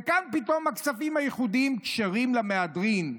וכאן, פתאום הכספים הייחודיים כשרים למהדרין,